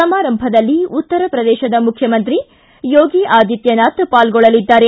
ಸಮಾರಂಭದಲ್ಲಿ ಉತ್ತರಪ್ರದೇಶ ಮುಖ್ಯಮಂತ್ರಿ ಯೋಗಿ ಆದಿತ್ಯನಾಥ ಪಾಲ್ಗೊಳ್ಳಲಿದ್ದಾರೆ